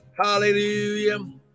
Hallelujah